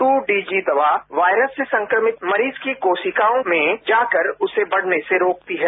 ट्र DG दवा वायरस से संक्रमित मरीज की कोशिकाओं में जाकर उसे बढ़ने से रोकती है